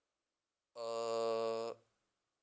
err